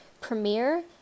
premiere